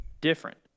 different